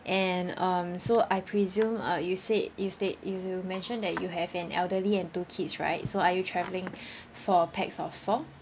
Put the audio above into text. and um so I presume uh you said you state you mentioned that you have an elderly and two kids right so are you travelling four pax of four